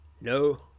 No